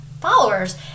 followers